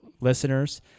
listeners